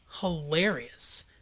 hilarious